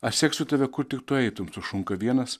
aš seksiu tave kur tik tu eitum sušunka vienas